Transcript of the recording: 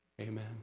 Amen